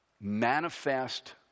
manifest